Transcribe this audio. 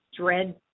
dread